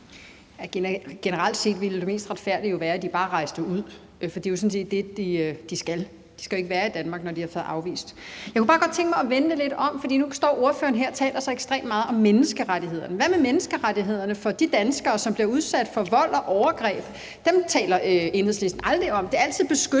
Generelt set ville det mest retfærdige jo være, at de bare rejste ud, for det er jo sådan set det, de skal. De skal jo ikke være i Danmark, når de er blevet afvist. Jeg kunne bare godt tænke mig at vende det lidt om, for nu står ordføreren her og taler så ekstremt meget om menneskerettigheder – men hvad med menneskerettighederne for de danskere, som bliver udsat for vold og overgreb? Dem taler Enhedslisten aldrig om. Det er altid beskyttelse